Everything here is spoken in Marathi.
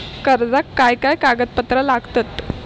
कर्जाक काय काय कागदपत्रा लागतत?